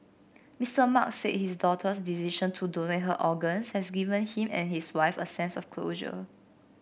Mister Mark said his daughter's decision to donate her organs has given him and his wife a sense of closure